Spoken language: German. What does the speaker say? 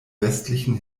westlichen